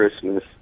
Christmas